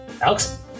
Alex